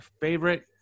favorite